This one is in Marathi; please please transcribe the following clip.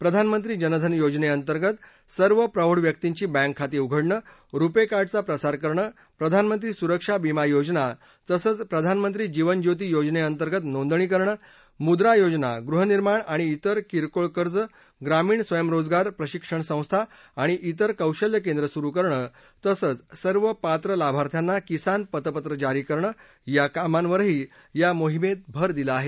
प्रधानमंत्री जनधन योजनेअंतर्गत सर्व प्रोढ व्यक्तींची बँक खाती उघडण रुपे कार्डचा प्रसार करणं प्रधानमंत्री सुरक्षा बिमा योजना तसंच प्रधानमंत्री जीवनज्योती योजनेअंतर्गत नोंदणी करण मुद्रा योजना गृहनिर्माण आणि श्वेर किरकोळ कर्ज ग्रामीण स्वयंरोजगार प्रशिक्षण संस्था आणि श्वेर कौशल्य केंद्र सुरू करणं तसंच सर्व पात्र लाभार्थ्यांना किसान पतपत्रं जारी करणं या कामांवरही या मोहिमेत भर दिला आहे